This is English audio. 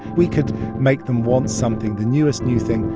we could make them want something, the newest new thing,